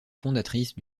fondatrice